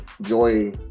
joy